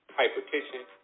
hypertension